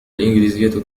الإنجليزية